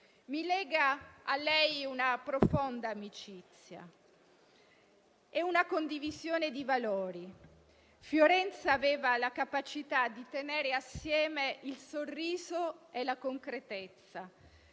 Mi lega a lei una profonda amicizia e una condivisione di valori. Fiorenza aveva la capacità di tenere assieme il sorriso e la concretezza,